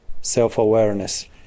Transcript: self-awareness